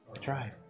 Try